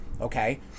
Okay